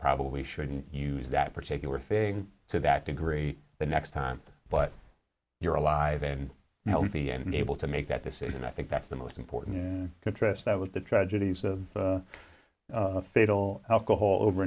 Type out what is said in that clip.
probably shouldn't use that particular thing to that degree the next time but you're alive and healthy and able to make that decision i think that's the most important contrast that with the tragedies of a fatal alcohol over